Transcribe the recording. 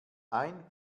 ein